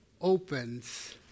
opens